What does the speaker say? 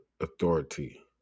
authority